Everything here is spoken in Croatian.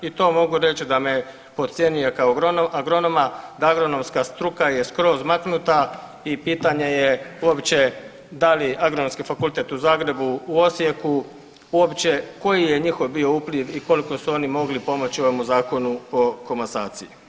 I to mogu reći da me podcjenjuje kao agronoma da agronomska struka je skroz maknuta i pitanje je uopće da li Agronomski fakultet u Zagrebu u Osijeku uopće koji je njihov bio upliv i koliko su oni mogli pomoći ovomu Zakonu o komasaciji.